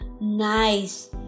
nice